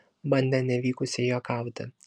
bandė nevykusiai juokauti